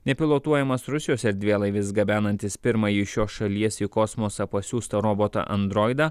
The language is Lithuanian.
nepilotuojamas rusijos erdvėlaivis gabenantis pirmąjį šios šalies į kosmosą pasiųstą robotą androidą